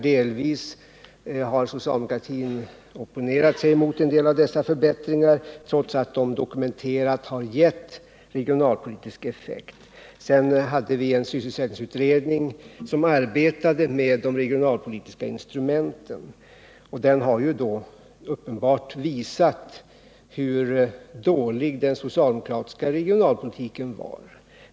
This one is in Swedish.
Delvis har socialdemokratin opponerat sig mot en del av dessa förbättringar, trots att de dokumenterat har gett regionalpolitisk effekt. Sysselsättningsutredningen som har arbetat med en översyn av de regionalpolitiska instrumenten har också visat hur dålig den socialdemokratiska regionalpolitiken var.